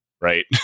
right